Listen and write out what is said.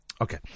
Okay